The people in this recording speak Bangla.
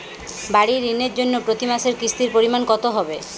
বাড়ীর ঋণের জন্য প্রতি মাসের কিস্তির পরিমাণ কত হবে?